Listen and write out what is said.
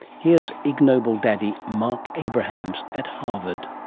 here's ig nobel daddy marc abrahams at harvard.